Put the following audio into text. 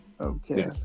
Okay